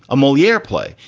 a moliere play.